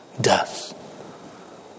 death